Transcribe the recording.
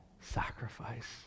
sacrifice